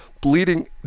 bleeding